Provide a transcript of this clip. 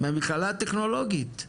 מהמכללה הטכנולוגית.